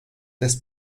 des